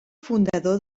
fundador